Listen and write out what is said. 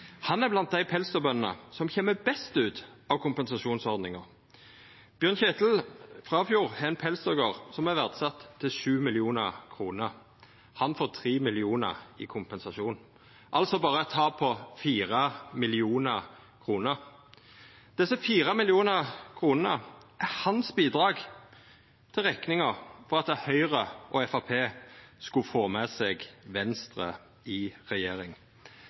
Han er blant dei pelsdyrbøndene som kjem best ut av kompensasjonsordninga. Bjørn Kjetil Frafjord har ein pelsdyrgard som er verdsett til 7 mill. kr. Han får 3 mill. kr i kompensasjon – altså berre eit tap på 4 mill. kr. Desse fire millionar kronene er hans bidrag til rekninga for at Høgre og Framstegspartiet skulle få med seg Venstre i regjering.